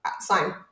sign